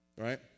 Right